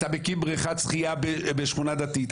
אתה מקים בריכת שחייה בשכונה דתית,